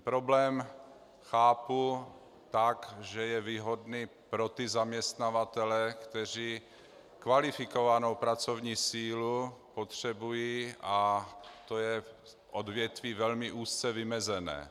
Problém chápu tak, že je výhodný pro ty zaměstnavatele, kteří kvalifikovanou pracovní sílu potřebují, a to je odvětví velmi úzce vymezené.